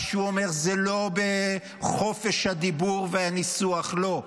מה שהוא אומר זה לא בחופש הדיבור והניסוח, לא.